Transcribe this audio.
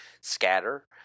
scatter